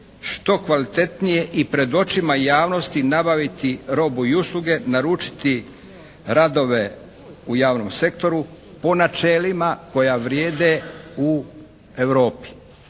što kvalitetnije i pred očima javnosti nabaviti robu i usluge, naručiti radove u javnom sektoru po načelima koja vrijede u Europi,